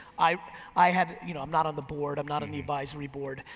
i i had, you know, i'm not on the board, i'm not on the advisory board.